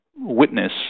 witness